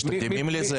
יש תקדימים לזה?